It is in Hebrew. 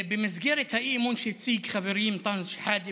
במסגרת האי-אמון שהציג חברי אנטאנס שחאדה